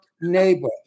neighbor